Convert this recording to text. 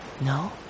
No